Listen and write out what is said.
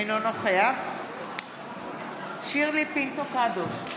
אינו נוכח שירלי פינטו קדוש,